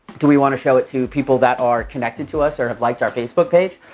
do we want to show it to people that are connected to us or have liked our facebook page?